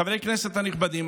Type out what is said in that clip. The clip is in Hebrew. חברי הכנסת הנכבדים,